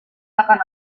akan